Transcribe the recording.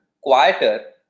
quieter